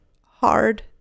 hard